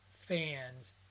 fans